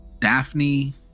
Daphne